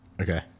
Okay